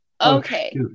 okay